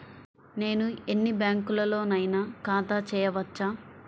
నేను ఎన్ని బ్యాంకులలోనైనా ఖాతా చేయవచ్చా?